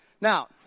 Now